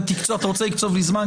אתה רוצה לקצוב לי זמן,